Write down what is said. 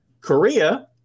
Korea